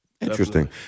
Interesting